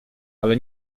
ale